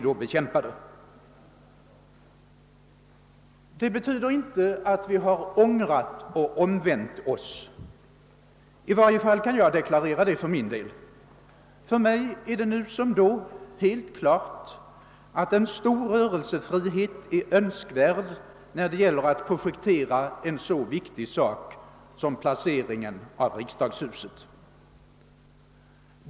Detta betyder inte att vi ångrat och omvänt oss. Det kan jag i varje fall deklarera för min del. För mig står det nu som då helt klart att stor rörelsefrihet är önskvärd när det gäller att avgöra en så viktig sak som placeringen av riksdagshuset.